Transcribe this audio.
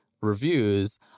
reviews